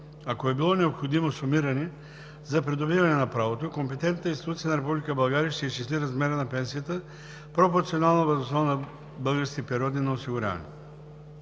Ако е било необходимо сумиране за придобиване на правото, компетентната институция на Република България ще изчисли размера на пенсията пропорционално въз основа на българските периоди на осигуряване.